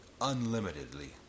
unlimitedly